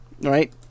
right